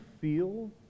feel